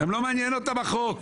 לא מעניין אותם החוק.